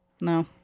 No